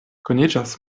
koniĝas